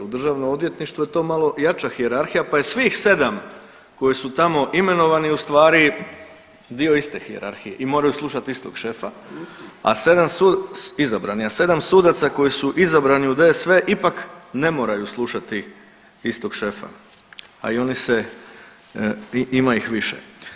U Državnom odvjetništvu je to malo jača hijerarhija pa je svih 7 koji su tamo imenovani u stvari dio iste hijerarhije i moraju slušati istog šefa, a 7 su, izabrani, a 7 sudaca koji su izabrani u DSV ipak ne moraju slušati istog šefa, a i oni se, ima ih više.